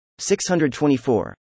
624